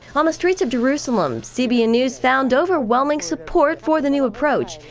on the streets of jerusalem, cbn news found overwhelming support for the new approach,